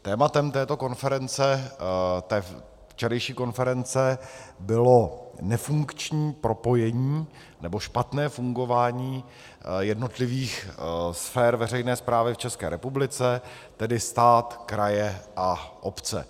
Tématem této konference, té včerejší konference, bylo nefunkční propojení, nebo špatné fungování jednotlivých sfér veřejné správy v České republice, tedy stát, kraje a obce.